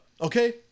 Okay